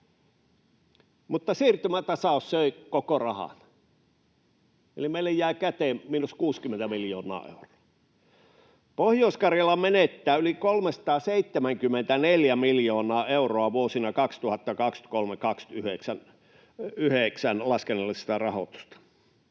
mutta siirtymätasaus söi koko rahan, eli meille jäi käteen miinus 60 miljoonaa euroa. Pohjois-Karjala menettää yli 374 miljoonaa euroa vuosina 2023—29 laskennallista rahoitusta.